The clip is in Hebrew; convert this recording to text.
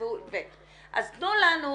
אז תנו לנו